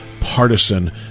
partisan